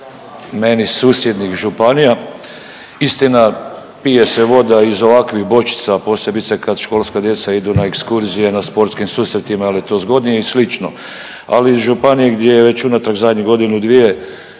meni susjednih županija. Istina pije se voda iz ovakvih bočica, posebice kad školska djeca idu na ekskurzije, na sportskim susretima jer je to zgodnije i slično. Ali i županije gdje je već unatrag zadnjih godinu, dvije